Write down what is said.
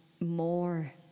more